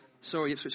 Sorry